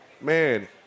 man